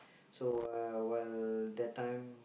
so uh while that time